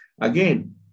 Again